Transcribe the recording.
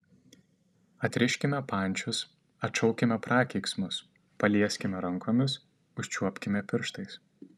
atriškime pančius atšaukime prakeiksmus palieskime rankomis užčiuopkime pirštais